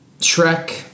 Shrek